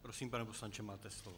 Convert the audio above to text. Prosím, pane poslanče, máte slovo.